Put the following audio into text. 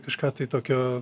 kažką tai tokio